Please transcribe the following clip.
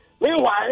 Meanwhile